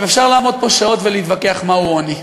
עכשיו, אפשר לעמוד פה שעות ולהתווכח מהו עוני,